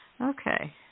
Okay